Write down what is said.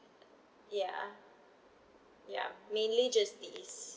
ya ya mainly just these